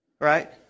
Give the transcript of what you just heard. Right